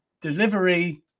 delivery –